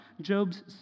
Job's